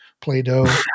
Play-Doh